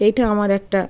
এটা আমার একটা